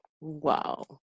wow